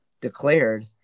declared